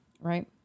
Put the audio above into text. Right